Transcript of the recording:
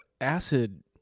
acid